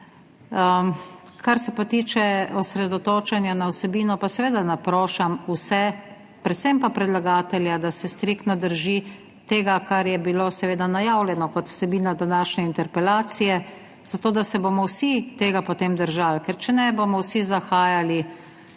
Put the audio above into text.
Kar se pa tiče osredotočanja na vsebino, pa seveda naprošam vse, predvsem pa predlagatelja, da se striktno drži tega, kar je bilo seveda najavljeno kot vsebina današnje interpelacije, zato, da se bomo potem tega vsi držali, ker če ne, bomo vsi zahajali